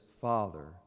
Father